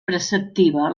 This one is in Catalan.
preceptiva